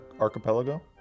Archipelago